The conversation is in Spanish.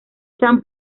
chan